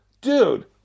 dude